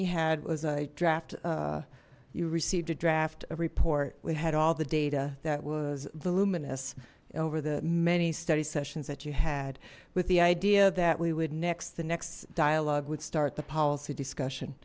he had was a draft you received a draft a report we had all the data that voluminous over the many study sessions that you had with the idea that we would next the next dialogue would start the policy discussion